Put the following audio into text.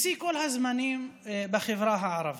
בשיא של כל הזמנים בחברה הערבית.